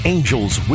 Angels